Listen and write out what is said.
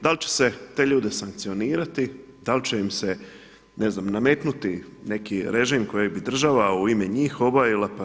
Da li će se te ljude sankcionirati, da li će im se ne znam nametnuti neki režim koji bi država u ime njih obavila pa to?